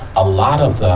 a lot of the,